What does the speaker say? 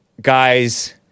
guys